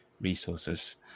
resources